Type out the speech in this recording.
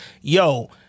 yo